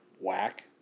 whack